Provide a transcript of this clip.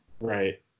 Right